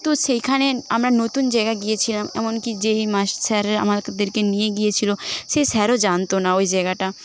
তো সেইখানে আমরা নতুন জায়গা গিয়েছিলাম এমনকি যেই মাস্টার আমাদেরকে নিয়ে গিয়েছিল সেই স্যারও জানত না ওই জায়গাটা